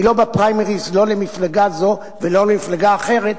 אני לא בפריימריס לא למפלגה זו ולא למפלגה אחרת,